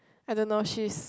I don't know she's